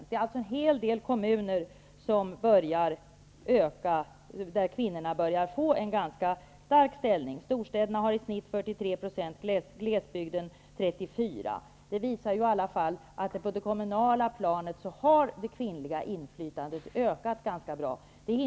Det finns alltså en hel del kommuner där kvinnorna börjar få en ganska stark ställning. Storstäderna har i genomsnitt 43 % kvinnor i fullmäktige, glesbygden 34 %. Det visar i alla fall att det kvinnliga inflytandet har ökat ganska bra på det kommunala planet.